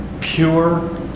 pure